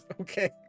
Okay